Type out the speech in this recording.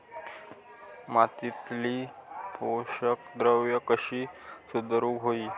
मातीयेतली पोषकद्रव्या कशी सुधारुक होई?